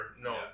No